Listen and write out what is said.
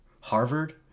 Harvard